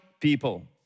people